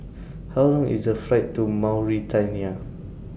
How Long IS The Flight to Mauritania